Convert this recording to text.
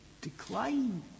decline